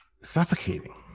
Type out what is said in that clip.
suffocating